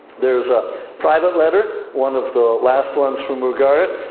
there's a private letter, one of the last ones from ugarit.